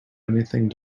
anything